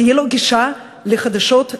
תהיה לו גישה לחדשות,